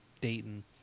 Dayton